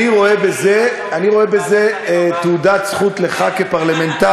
אני רואה בזה תעודת זכות לך כפרלמנטר,